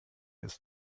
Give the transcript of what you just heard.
ist